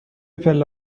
پله